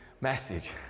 message